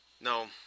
No